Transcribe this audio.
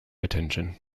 attention